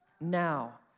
Now